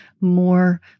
more